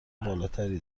بالاتری